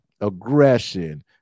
Aggression